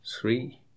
three